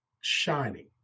shining